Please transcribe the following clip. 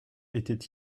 était